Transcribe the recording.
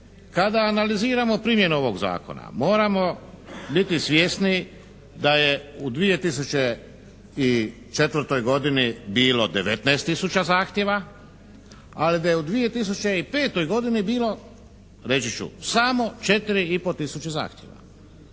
kada analiziramo primjenu ovog zakona moramo biti svjesni da je u 2004. godini bilo 19 tisuća zahtjeva ali da je u 2005. godini bilo, reći ću, samo 4,5 tisuće zahtjeva.